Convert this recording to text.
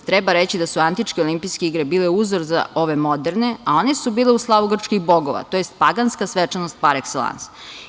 Treba reći da su Antičke olimpijske igre bile uzor za ove moderne, a one su bile u slavu grčkih bogova, tj. paganska svečanost "par ekselans"